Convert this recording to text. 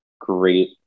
great